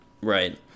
Right